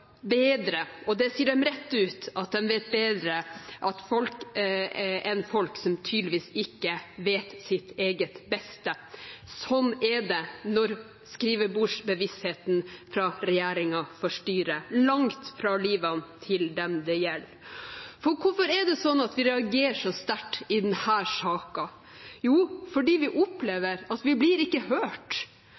bedre, og de sier rett ut at de vet bedre enn folk som tydeligvis ikke vet sitt eget beste. Sånn er det når skrivebordsbevisstheten fra regjeringen får styre, langt fra livet til dem det gjelder. Hvorfor reagerer vi så sterkt i denne saken? Jo, fordi vi opplever at vi ikke blir hørt,